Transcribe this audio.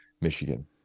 Michigan